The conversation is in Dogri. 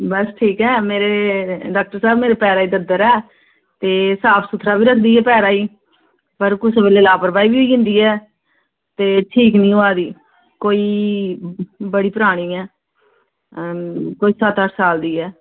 बस ठीक ऐ मेरे डाक्टर साहब मेरे पैरे ई दद्दर ऐ ते साफ सुथरा बी रखदी ऐ पैरे ई पर कुसै बेल्लै लापरवाही बी होई जंदी ऐ ते ठीक निं होआ दी कोई बड़ी परानी ऐ कोई सत्त अट्ठ साल दी ऐ